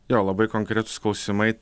jo labai konkretūs klausimai